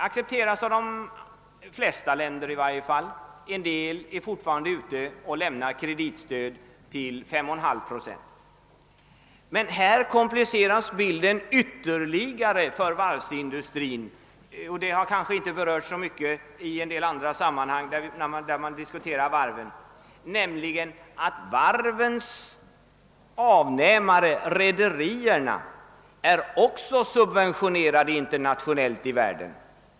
I varje fall de flesta länder har accepterat detta; vissa länder ger dock fortfarande kreditstöd till 5,5 procents ränta. Läget kompliceras emellertid yt terligare för varvsindustrin, vilket kanske inte berörts så mycket i diskussioner om varven, genom att varvens avnämare, rederierna, också är subventionerade över hela världen.